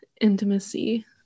intimacy